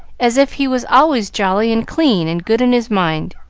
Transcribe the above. as if he was always jolly and clean and good in his mind,